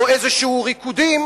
או ריקודים